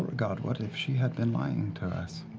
beauregard, what if she had been lying to us?